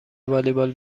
والیبال